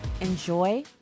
Enjoy